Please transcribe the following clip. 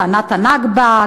טענת הנכבה,